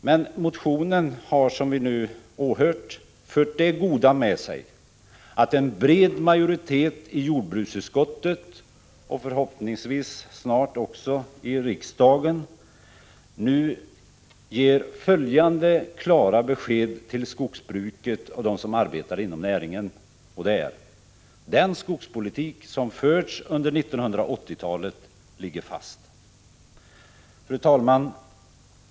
Men motionen har, som vi nu åhört, fört det goda med sig att en bred majoritet i jordbruksutskottet, och förhoppningsvis också snart i riksdagen, nu ger följande klara besked till skogsbruket och dem som arbetar inom näringen: den skogspolitik som förts under 1980-talet ligger fast. Fru talman!